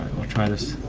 we'll try this.